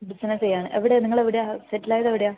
business ചെയ്യാണ് എവിടെയാണ് നിങ്ങൾ എവിടെയാണ് സെറ്റിലായത് എവിടെയാണ്